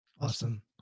Awesome